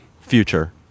future